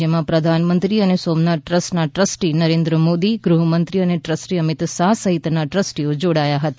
જેમાં પ્રધાનમંત્રી અને સોમનાથ ટ્રસ્ટના ટ્રસ્ટી નરેન્દ્ર મોદી ગૃહમંત્રી અને ટ્રસ્ટી અમિતભાઇ શાહ સહિતના ટ્રસ્ટીઓ જોડાયા હતા